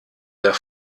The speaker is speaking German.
der